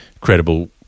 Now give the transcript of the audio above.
credible